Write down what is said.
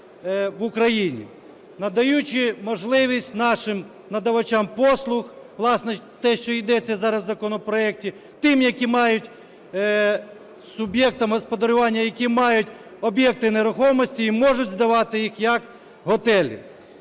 в Україні, надаючи можливість нашим надавачам послуг, власне, те, що йдеться зараз в законопроекті, тим, які мають, суб'єктам господарювання, які мають об'єкти нерухомості і можуть здавати їх як готелі.